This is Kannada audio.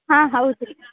ಹಾಂ ಹೌದು ರೀ